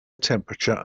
temperature